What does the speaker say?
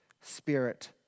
Spirit